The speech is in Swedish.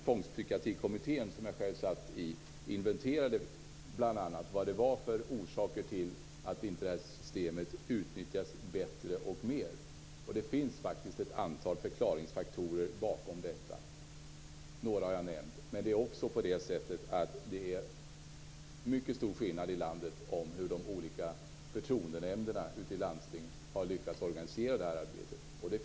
Tvångspsykiatrikommittén, som jag själv satt i, inventerade bl.a. orsakerna till att systemet inte utnyttjas bättre och mer. Det finns faktiskt ett antal förklaringar bakom detta, några har jag nämnt. Men det är också mycket stor skillnad i landet på hur de olika förtroendenämnderna ute i landstingen har lyckats att organisera detta arbete.